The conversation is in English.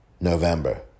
November